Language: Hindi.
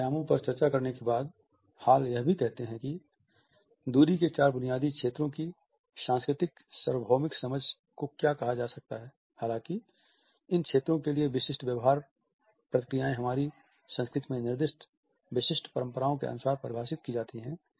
इन आयामों पर चर्चा करने के बाद हॉल यह भी कहते हैं कि दूरी के चार बुनियादी क्षेत्रों की सांस्कृतिक सार्वभौमिक समझ को क्या कहा जा सकता है हालांकि इन क्षेत्रों के लिए विशिष्ट व्यवहार प्रतिक्रियाएँ हमारी संस्कृति में निर्दिष्ट विशिष्ट परम्पराओं के अनुसार परिभाषित की जाती हैं